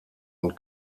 und